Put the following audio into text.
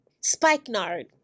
Spikenard